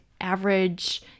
average